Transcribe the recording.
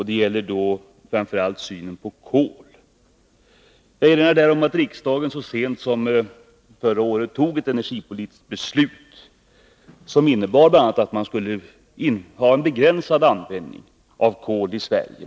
En av dessa gäller synen på kol. Jag erinrar om, att riksdagen så sent som förra året fattade ett energipolitiskt beslut, som bl.a. innebar att man skulle ha en begränsad användning av kol i Sverige.